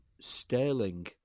Sterling